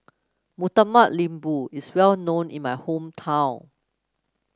Murtabak Lembu is well known in my hometown